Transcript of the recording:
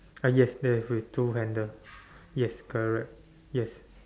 ah yes there is with two handle yes correct yes